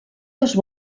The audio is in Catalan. dos